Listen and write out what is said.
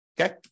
okay